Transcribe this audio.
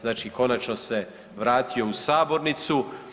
Znači konačno se vratio u sabornicu.